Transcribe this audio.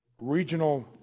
regional